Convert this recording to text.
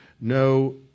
no